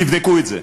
תבדקו את זה.